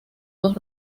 dos